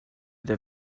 der